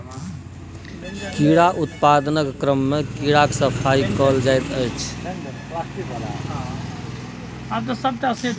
कीड़ा उत्पादनक क्रममे कीड़ाक सफाई कएल जाइत छै